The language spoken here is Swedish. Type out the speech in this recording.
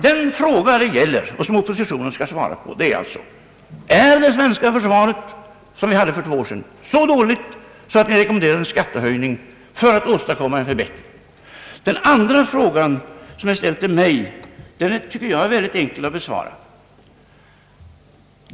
Den fråga som det gäller och som oppositionen skall svara på är alltså: Är det svenska försvar som vi hade för två år sedan så dåligt, att ni rekommenderar en skattehöjning för att åstadkomma en förbättring? Den andra frågan, som har ställts till mig, tycker jag är mycket enkel att besvara.